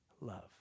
love